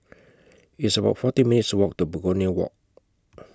It's about forty minutes' Walk to Begonia Walk